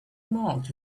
marked